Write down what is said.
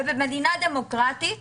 ובמדינה דמוקרטית